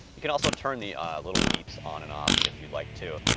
you can also turn the little beeps on and off if you'd like too.